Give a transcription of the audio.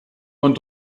und